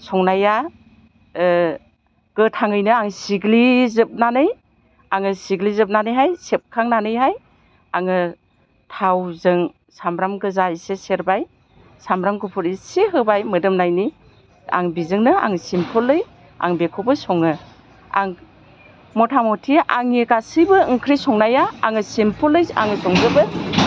संनाया गोथाङैनो आं सिग्लिजोबनानै आङो सिग्लिजोबनानैहाय सेबखांनानैहाय आङो थावजों सामब्राम गोजा एसे सेरबाय सामब्राम गुफुर एसे होबाय मोदोमनायनि आं बिजोंनो आं सिमफोल आं बिखौबो सङो आं मथामथि आंनि बे गासिबो ओंख्रि संनाया सिमफोल आं संजोबो